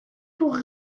pour